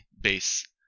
base